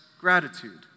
gratitude